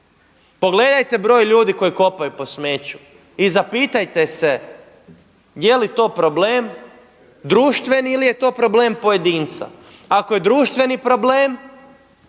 pogledajte broj ljudi koji kopaju po smeću i zapitajte se jeli to problem, društveni ili je to problem pojedinca. Ako je društveni problem,